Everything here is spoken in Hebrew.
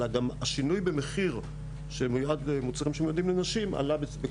אלא גם השינוי במחיר של מוצרים שמיועדים לנשים עלה.